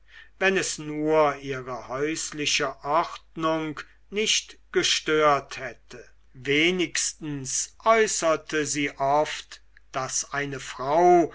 wenn es nur ihre häusliche ordnung nicht gestört hätte wenigstens äußerte sie oft daß eine frau